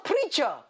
preacher